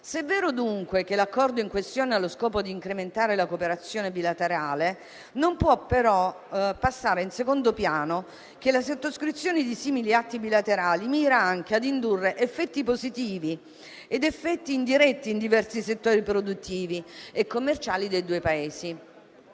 Se è vero, dunque, che l'accordo in questione ha lo scopo di incrementare la cooperazione bilaterale, non può però passare in secondo piano che la sottoscrizione di simili atti bilaterali mira anche ad indurre effetti positivi ed effetti indiretti in diversi settori produttivi e commerciali dei due Paesi.